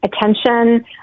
attention